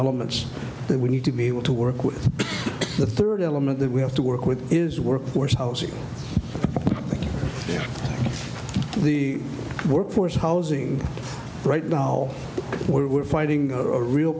elements that we need to be able to work with the third element that we have to work with is workforce in the workforce housing right now where we're fighting a real